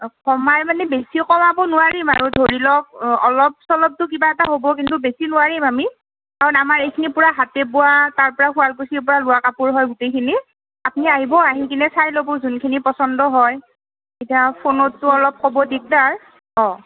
কমাই মানে বেছি কমাব নোৱাৰিম আৰু ধৰি লওক অলপ চলপতো কিবা এটা হ'ব কিন্তু বেছি নোৱাৰিম আমি কাৰণ আমাৰ এইখিনি পুৰা হাতে বোৱা তাৰ পৰা শুৱালকুছিৰ পৰা লোৱা কাপোৰ হয় গোটেইখিনি আপুনি আহিব আহি কিনে চাই ল'ব যোনখিনি পছন্দ হয় এতিয়া ফোনততো অলপ ক'ব দিগদাৰ অঁ